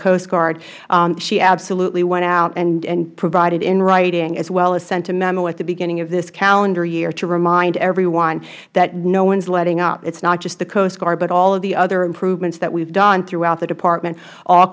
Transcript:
coast guard she absolutely went out and provided in writing as well as sent a memo at the beginning of this calendar year to remind everyone that no one is letting up it is not just the coast guard but all of the other improvements that we have done throughout the department all